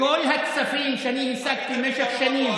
וכל הכספים שאני השגתי במשך שנים,